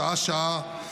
שעה-שעה,